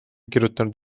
kirjutanud